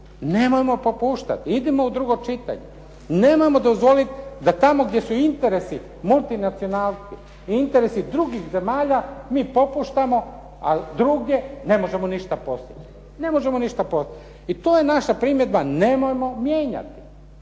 Nemojmo popuštati, idimo u drugo čitanje. Nemojmo dozvoliti da tamo gdje su interesu multinacionalke i interesi drugih zemalja mi popuštamo ali drugdje ne možemo ništa postići. I to je naša primjedba, nemojmo mijenjati.